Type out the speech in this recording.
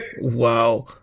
Wow